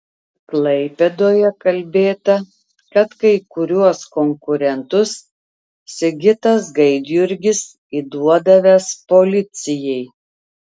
klaipėdoje kalbėta kad kai kuriuos konkurentus sigitas gaidjurgis įduodavęs policijai